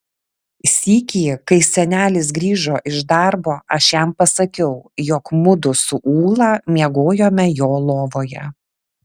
sykį kai senelis grįžo iš darbo aš jam pasakiau jog mudu su ūla miegojome jo lovoje